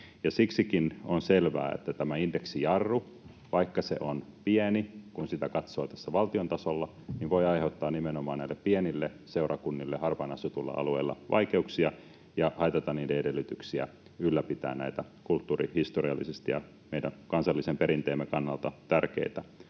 Siksikin on selvää, että tämä indeksijarru, vaikka se on pieni, kun sitä katsoo tässä valtion tasolla, voi aiheuttaa nimenomaan näille pienille seurakunnille harvaan asutuilla alueilla vaikeuksia ja haitata niiden edellytyksiä ylläpitää näitä kulttuurihistoriallisesti ja meidän kansallisen perinteemme kannalta tärkeitä